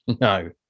No